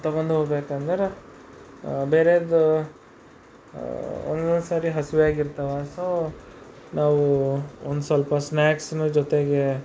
ತೊಗೊಂಡೋಗ್ಬೇಕೆಂದರೆ ಬೇರೆದ್ದು ಒಂದೊಂದು ಸರಿ ಹಸಿವು ಆಗಿರ್ತವ ಸೊ ನಾವು ಒಂದು ಸ್ವಲ್ಪ ಸ್ನಾಕ್ಸ್ನೂ ಜೊತೆಗೆ